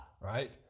right